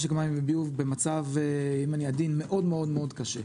משק מים במצב מאוד-מאוד קשה.